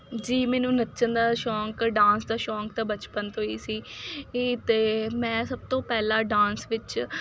ਜੀ ਮੈਨੂੰ ਨੱਚਣ ਦਾ ਸ਼ੌਂਕ ਡਾਂਸ ਦਾ ਸ਼ੌਂਕ ਤਾਂ ਬਚਪਨ ਤੋਂ ਹੀ ਸੀ ਇਹ ਤਾਂ ਮੈਂ ਸਭ ਤੋਂ ਪਹਿਲਾਂ ਡਾਂਸ ਵਿੱਚ